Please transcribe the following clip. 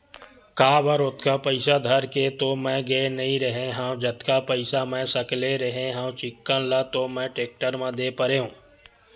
काबर ओतका पइसा धर के तो मैय गे नइ रेहे हव जतका पइसा मै सकले रेहे हव चिक्कन ल तो मैय टेक्टर म दे परेंव